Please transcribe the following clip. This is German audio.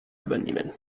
übernehmen